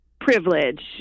privilege